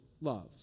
love